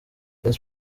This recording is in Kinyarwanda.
rayon